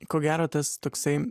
ko gero tas toksai